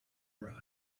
right